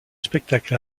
spectacle